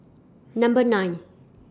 Number nine